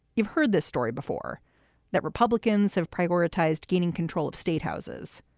you've heard this story before that republicans have prioritized gaining control of statehouses.